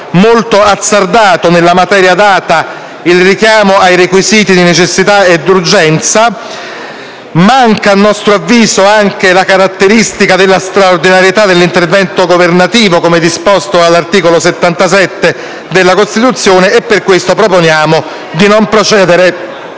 molto azzardato, nella materia data, il richiamo ai requisiti di necessità ed urgenza. Manca, a nostro avviso, anche la caratteristica della straordinarietà dell'intervento governativo, come disposto all'articolo 77 della Costituzione, e per questo proponiamo di non procedere